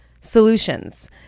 solutions